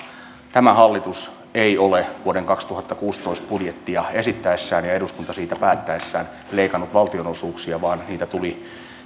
tämä hallitus ei ole vuoden kaksituhattakuusitoista budjettia esittäessään ja eduskunta siitä päättäessään leikannut valtionosuuksia vaan niitä euroja tuli